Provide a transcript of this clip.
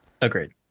Agreed